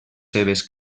seves